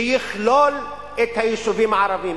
שיכלול את היישובים הערביים.